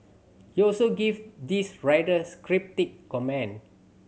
he also gave this rather cryptic comment